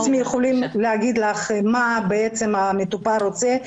יכולים לומר לך מה המטופל רוצה,